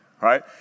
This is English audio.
right